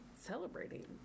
celebrating